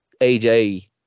AJ